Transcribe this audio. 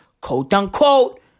quote-unquote